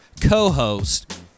co-host